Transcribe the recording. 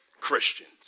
Christians